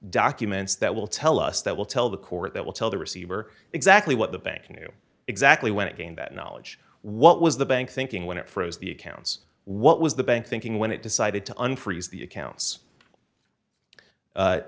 documents that will tell us that will tell the court that will tell the receiver exactly what the bank knew exactly when it came back and what was the bank thinking when it froze the accounts what was the bank thinking when it decided to unfreeze the accounts